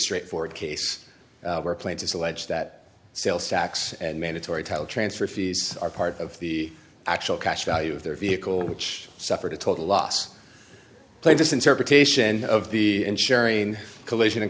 straightforward case where plaintiffs allege that sales tax and mandatory title transfer fees are part of the actual cash value of their vehicle which suffered a total loss claim this interpretation of the insuring collision and